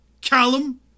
Callum